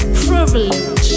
privilege